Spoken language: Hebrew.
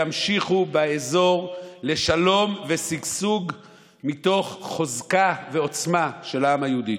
ימשיך באזור לשלום ושגשוג מתוך חוזקה ועוצמה של העם היהודי.